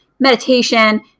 meditation